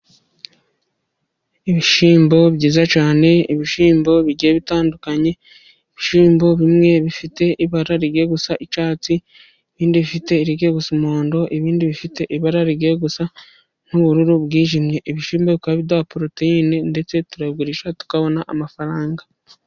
Ibishyimbo byiza cyane ibishimbo bigiye bitandukanye, ibishyimbo bimwe bifite ibara rigiye gusa n'icyatsi ibindi bifite irigiye gusa n'umuhondo, ibindi bifite ibara rigiye gusa n'ubururu bwijimye, ibishyimbo bikaba biduha poroteyine ndetse turabigurisha tukabona amafaranga.